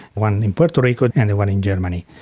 one in puerto rico and one in germany.